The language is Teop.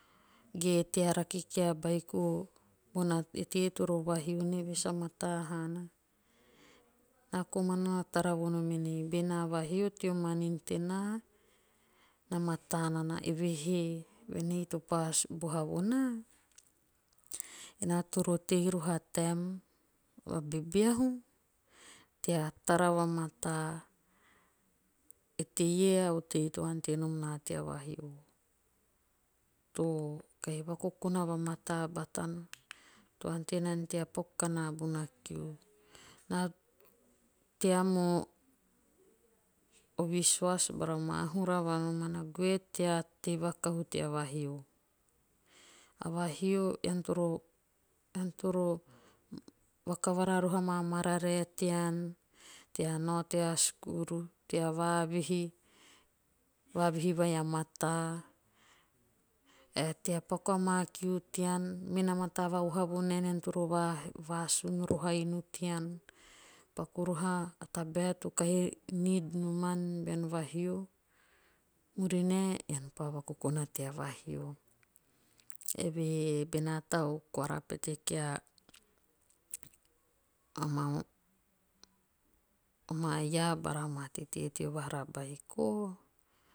Ge tea rake ki a beiko bone teie toro vahio nieve sa mataa haana. Naa komana na tara vonom en bena vahio teo manin tenaa. na mataa nana eve he. voen ei to pa boha vo naa. naa toro tei roho taem a bebeahu tea tara va mataa eteie a otei to ante nom naa tea vahio to kahi vakokona va mataa batana to ante nana tea paku kona bona kiu na. Taem o visuas bara maahura va nomana. goe tea tei vakahu tea vahio. A vahio. ean toro vakavara roho amaa mararae tean tea paku amaa kiu tean. Me na mataa va oha vonaen ean toro vasun roho a inu tean. paku roho a tabae to kahi'need' noman bean vahio. murinae ean pa vakokona tea vahio. Eve he be naa tau koara pete ki a maa iaa bara maa tetee teo vahara beiko